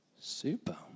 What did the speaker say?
Super